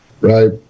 right